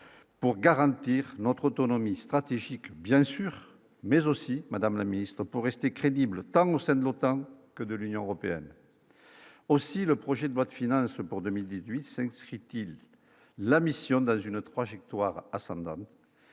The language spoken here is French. pour garantir notre autonomie stratégique, bien sûr, mais aussi, madame la ministre, pour rester crédible, tant au sein de l'Otan, que de l'Union européenne aussi le projet de loi de final ce pour 2018, 5 ce qui est-il la mission dans une 3G/3 ascendant